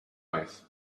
vez